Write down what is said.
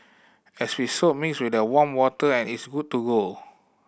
as with soap mix with warm water and it's good to go